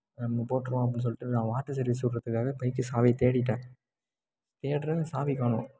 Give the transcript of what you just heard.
நம்ம போட்டிருவோம் அப்படின்னு சொல்லிட்டு நான் வாட்டர் சர்வீஸ் விடுறதுக்காக பைக்கு சாவியை தேடிட்டேன் தேடுகிறேன் சாவியை காணோம்